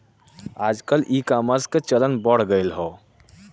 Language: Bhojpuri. आजकल ईकामर्स क चलन बढ़ गयल हौ